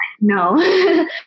no